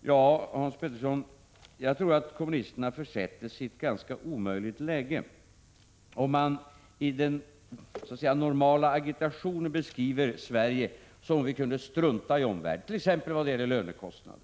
Till Hans Petersson i Hallstahammar: Jag tror att kommunisterna försätter sig i ett ganska omöjligt läge om de i den normala agitationen beskriver Sverige på det sättet att vi kunde strunta i omvärlden, t.ex. vad gäller lönekostnader,